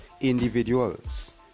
individuals